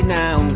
now